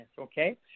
okay